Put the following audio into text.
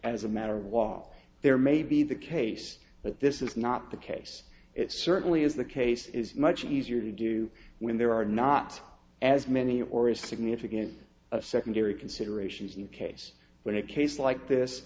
as a matter of law there may be the case that this is not the case it certainly is the case is much easier to do when there are not as many or as significant a secondary considerations in case when it case like this